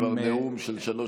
זה כבר נאום של שלוש דקות.